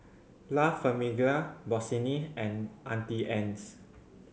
La Famiglia Bossini and Auntie Anne's